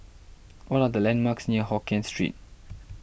what are the landmarks near Hokien Street